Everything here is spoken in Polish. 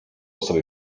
sobie